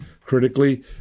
critically